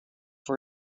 for